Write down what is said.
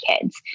kids